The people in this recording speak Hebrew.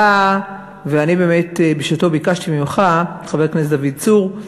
אני באמת בשעתי ביקשתי ממך, חבר הכנסת דוד צור,